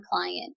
client